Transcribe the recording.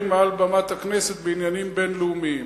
מעל במת הכנסת בעניינים בין-לאומיים.